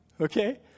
okay